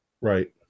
Right